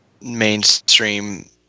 mainstream